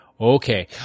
Okay